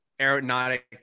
aeronautic